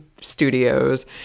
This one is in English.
studios